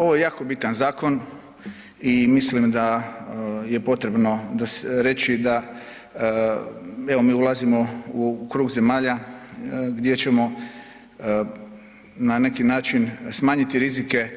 Ovo je jako bitan zakon i mislim da je potrebno reći da evo mi ulazimo u krug zemalja gdje ćemo na neki način smanjiti rizike,